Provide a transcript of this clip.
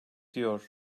diyor